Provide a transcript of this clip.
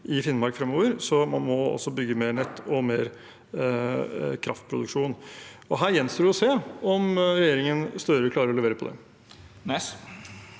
i Finnmark fremover, så man må også bygge ut mer nett og mer kraftproduksjon. Her gjenstår det å se om regjeringen Støre klarer å levere på det.